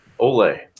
Ole